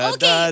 Okay